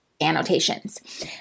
annotations